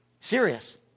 Serious